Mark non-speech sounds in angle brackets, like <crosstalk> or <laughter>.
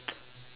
<noise>